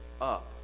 up